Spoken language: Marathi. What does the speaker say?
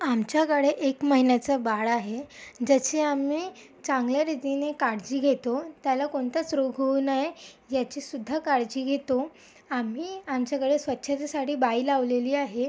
आमच्याकडे एक महिन्याचं बाळ आहे ज्याची आम्ही चांगल्या रीतीने काळजी घेतो त्याला कोणताच रोग होऊ नये याचीसुद्धा काळजी घेतो आम्ही आमच्याकडे स्वच्छतेसाठी बाई लावलेली आहे